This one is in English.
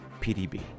PDB